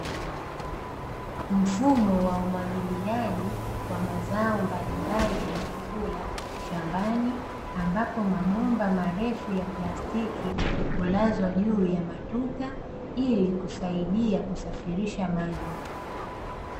Mfumo wa umwagiliaji wa mazao mbalimbali ya chakula shambani, ambapo mabomba marefu ya plastiki hulazwa juu ya matuta ili kusaidia kusafirisha maji .